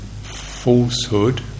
falsehood